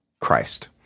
Christ